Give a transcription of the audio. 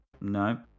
No